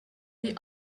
the